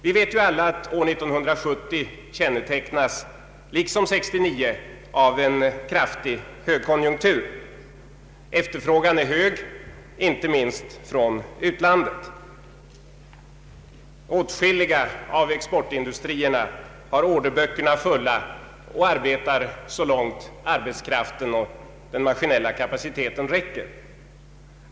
Vi vet ju alla att år 1970 kännetecknas — liksom 1969 — av en kraftig högkonjunktur. Efterfrågan är hög — inte minst från utlandet. Åtskilliga av exportindustrierna har orderböckerna fulla och arbetar så långt arbetskraften och den maskinella kapaciteten räcker.